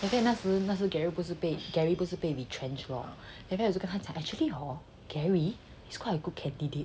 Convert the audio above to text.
but then 那时那时 gary 不是被 retrenched lor actually hor gary is quite a good candidate